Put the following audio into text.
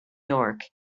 york